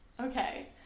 Okay